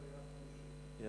ויקו לעשות ענבים ויעש באושים.